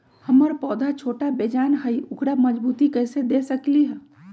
हमर पौधा छोटा बेजान हई उकरा मजबूती कैसे दे सकली ह?